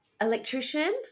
electrician